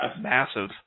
massive